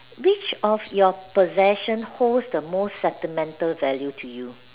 which of your possession holds the most sentimental value to you